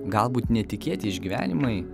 galbūt netikėti išgyvenimai